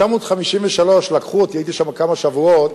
ב-1953 לקחו אותי, הייתי שם כמה שבועות,